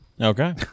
Okay